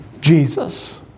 Jesus